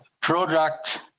product